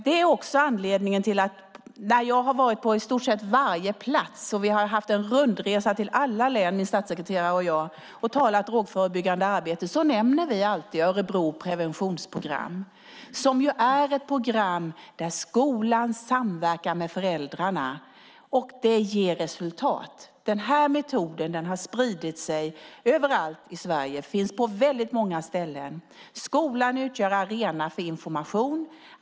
Min statssekreterare och jag har varit på rundresa till alla län, och vi har där talat om drogförebyggande arbete. Vi nämner alltid Örebro preventionsprogram. Det är ett program där skolan samverkar med föräldrarna, och det ger resultat. Metoden har spridit sig överallt i Sverige. Den finns på många ställen. Skolan utgör arena för information.